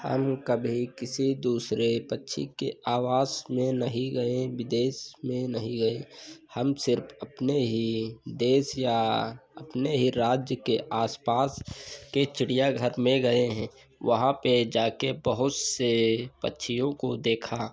हम कभी किसी दूसरे पक्षी के आवास में नहीं गए विदेश में नहीं गए हम सिर्फ अपने ही देश या अपने ही राज्य के आसपास के चिड़ियाघर में गए हैं वहाँ पा जाकर बहुत सारे पक्षियों को देखा